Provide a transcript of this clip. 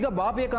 but bothered